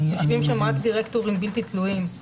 יושבים שם דירקטורים בלתי תלויים.